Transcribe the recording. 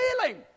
feeling